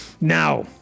now